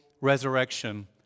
resurrection